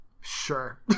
sure